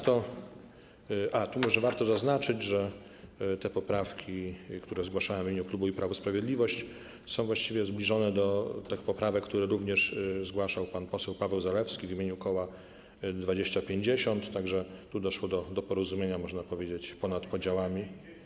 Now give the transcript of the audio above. Tu może warto zaznaczyć, że te poprawki, które zgłaszałem w imieniu klubu Prawo i Sprawiedliwość, są właściwie zbliżone do poprawek, które również zgłaszał pan poseł Paweł Zalewski w imieniu koła dwadzieścia pięćdziesiąt, tak że tu doszło do porozumienia, można powiedzieć, ponad podziałami.